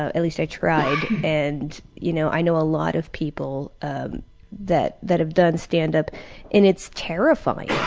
ah at least i tried, and you know i know a lot of people ah that that have done standup and it's terrifying.